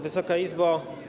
Wysoka Izbo!